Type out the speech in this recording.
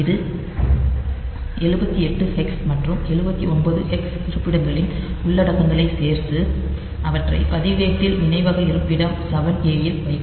இது 78 ஹெக்ஸ் மற்றும் 79 ஹெக்ஸ் இருப்பிடங்களின் உள்ளடக்கங்களைச் சேர்த்து அவற்றை பதிவேட்டில் நினைவக இருப்பிடம் 7A இல் வைக்கும்